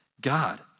God